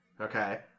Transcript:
Okay